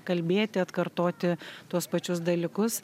kalbėti atkartoti tuos pačius dalykus